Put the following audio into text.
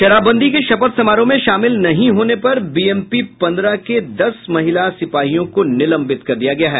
शराबबंदी के शपथ समारोह में शामिल नहीं होने पर बीएमपी पंद्रह की दस महिला सिपाहियों को निलंबित कर दिया गया है